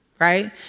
right